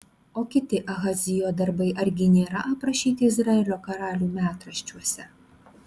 o kiti ahazijo darbai argi nėra aprašyti izraelio karalių metraščiuose